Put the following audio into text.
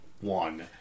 one